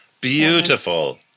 Beautiful